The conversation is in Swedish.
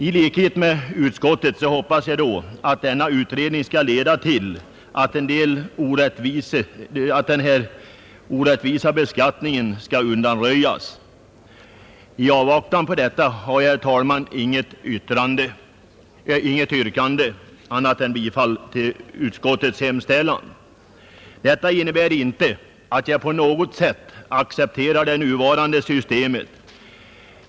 I likhet med utskottet hoppas jag då att utredningen skall leda till att denna orättvisa beskattning undanröjes, och i avvaktan härpå har jag inget annat yrkande än om bifall till utskottets hemställan. Detta innebär inte att jag accepterar det nuvarande systemet.